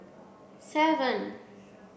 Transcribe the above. seven